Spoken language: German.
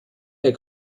der